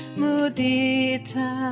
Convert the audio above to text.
mudita